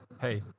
Hey